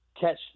catch